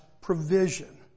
provision